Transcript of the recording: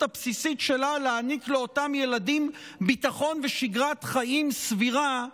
הבסיסית שלה להעניק לאותם ילדים ביטחון ושגרת חיים סבירה,